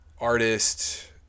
artist